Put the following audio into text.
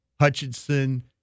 Hutchinson